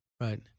Right